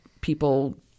people